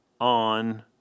on